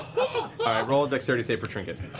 roll a dexterity save for trinket.